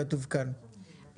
כתוב כאן,